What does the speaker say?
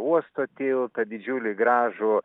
uosto tiltą didžiulį gražų